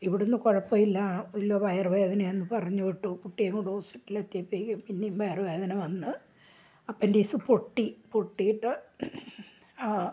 ഇവിടുന്ന് കുഴപ്പമില്ല വയറുവേദനയാണെന്ന് പറഞ്ഞുവിട്ടു കുട്ടിയേയും കൊണ്ട് ഹോസ്പിറ്റലിൽ എത്തിയപ്പോഴേക്കും പിന്നെയും വയറുവേദന വന്ന് അപ്പൻഡിക്സ് പൊട്ടി പൊട്ടിയിട്ട്